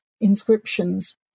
inscriptions